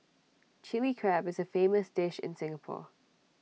Chilli Crab is A famous dish in Singapore